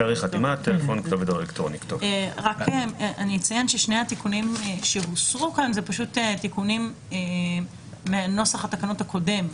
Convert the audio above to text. " אני אציין ששני התיקונים שהוסרו כאן זה פשוט תיקונים מהנוסח הקודם.